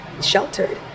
sheltered